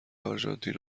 آرژانتین